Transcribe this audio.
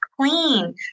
clean